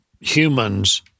humans